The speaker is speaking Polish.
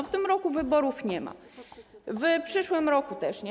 W tym roku wyborów nie ma, w przyszłym roku też nie.